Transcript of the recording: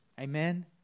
Amen